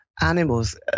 animals